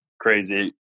crazy